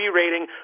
rating